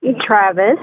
Travis